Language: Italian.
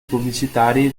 pubblicitari